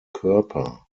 körper